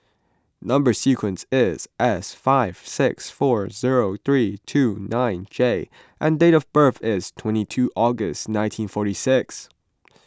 Number Sequence is S five six four zero three two nine J and date of birth is twenty two August nineteen forty six